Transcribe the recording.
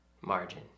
margin